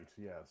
yes